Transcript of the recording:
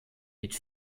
mit